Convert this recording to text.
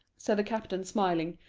said the captain, smiling,